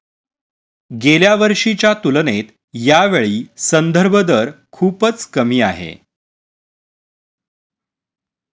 गेल्या वर्षीच्या तुलनेत यावेळी संदर्भ दर खूपच कमी आहे